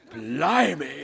Blimey